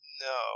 No